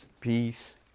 Peace